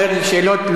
פספסת את,